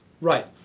Right